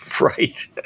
Right